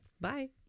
bye